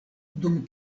dum